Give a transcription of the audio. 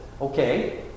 okay